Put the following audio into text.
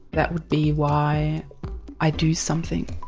that would be why i do something,